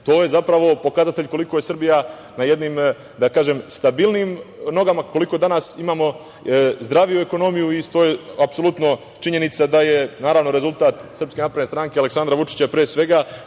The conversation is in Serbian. to je zapravo pokazatelj koliko je Srbija na jednim, da kažem, stabilnijim nogama, koliko danas imamo zdraviju ekonomiju i stoji apsolutno činjenica da je, naravno, rezultat SNS i Aleksandra Vučića, pre svega. Samo,